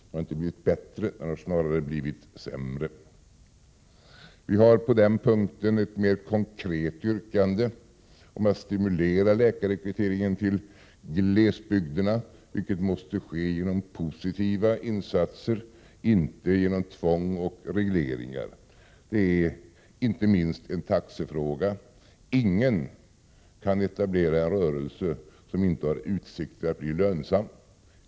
Den har inte blivit bättre utan snarare sämre. Vi har på den punkten ett mera konkret yrkande om att stimulera läkarrekryteringen till glesbygderna, vilket måste ske genom positiva insatser — inte genom tvång och regleringar. Det är inte minst en taxefråga. Ingen kan etablera en rörelse som inte har utsikter att bli lönsam.